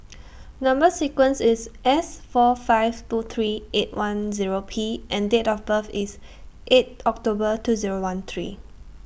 Number sequence IS S four five two three eight one Zero P and Date of birth IS eight October two Zero one three